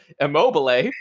Immobile